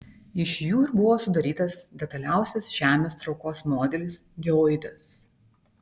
iš jų ir buvo sudarytas detaliausias žemės traukos modelis geoidas